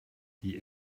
die